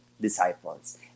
disciples